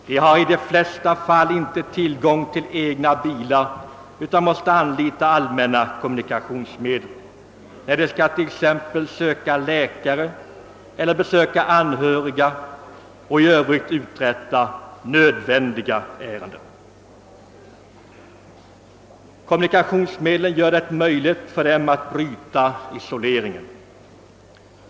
De har i de flesta fall inte tillgång till egna bilar utan måste anlita allmänna kommunikationsmedel när de t.ex. skall söka läkare, besöka anhöriga eller uträtta nödvändiga ärenden. Kommunikationsmedlen gör det möjligt för dem att bryta isoleringen.